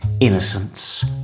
Innocence